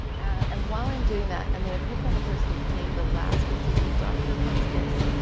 and while i'm doing that, i'm going to pick on the person who came the last, which would be dr. prunskis.